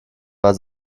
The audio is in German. war